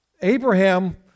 Abraham